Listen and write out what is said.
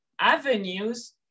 avenues